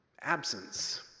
absence